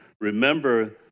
remember